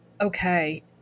Okay